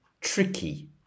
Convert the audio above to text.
tricky